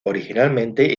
originalmente